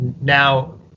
Now